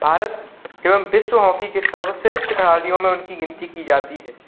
भारत एवम विश्व हॉकी के सर्वश्रेष्ठ खिलाड़ियों में उनकी गिनती की जाती है